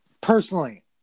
personally